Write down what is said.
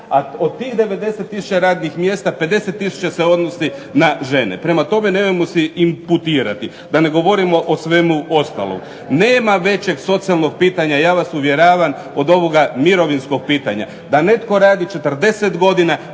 A od tih 90 tisuća radnih mjesta, 50 tisuća se odnosi na žene. Prema tome, nemojmo se imputirati, da ne govorimo o svemu ostalom. Nema većeg socijalnog pitanja, ja vas uvjeravam od ovog mirovinskog pitanja. Da netko radi 40 godina